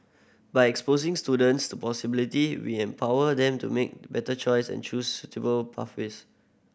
by exposing students to possibilities we empower them to make better choice and choose suitable pathways